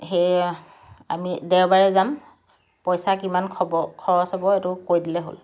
সেই আমি দেওবাৰে যাম পইচা কিমান খ'ব' খৰচ হ'ব সেইটো কৈ দিলেই হ'ল